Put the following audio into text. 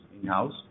in-house